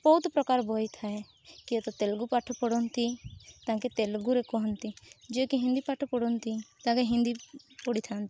ବହୁତ ପ୍ରକାର ବହି ଥାଏ କିଏ ତ ତେଲୁଗୁ ପାଠ ପଢ଼ନ୍ତି ତାଙ୍କେ ତେଲୁଗୁରେ କୁହନ୍ତି ଯିଏକି ହିନ୍ଦୀ ପାଠ ପଢ଼ନ୍ତି ତାଙ୍କେ ହିନ୍ଦୀ ପଢ଼ିଥାନ୍ତି